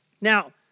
Now